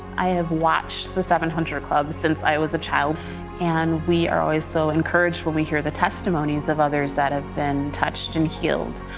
i have watched the seven hundred club since i was a child and we are always so encouraged when we hear the testimonies of others that have been touched and healed.